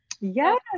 Yes